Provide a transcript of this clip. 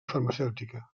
farmacèutica